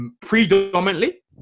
predominantly